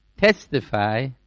testify